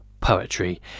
poetry